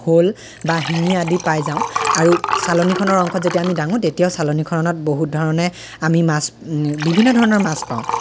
শ'ল বা শিঙি আদি পাই যাওঁ আৰু চালনিখনৰ অংশত আমি যেতিয়া দাঙো তেতিয়া চালনিখনত বহুত ধৰণে আমি মাছ বিভিন্ন ধৰণৰ মাছ পাওঁ